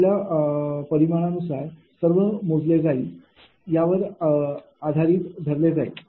आपल्या परिमाणानुसार सर्व मोजले जाईल यावर आधारित धरले जाईल